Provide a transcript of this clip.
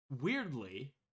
weirdly